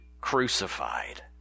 crucified